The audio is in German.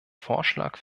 vorschlag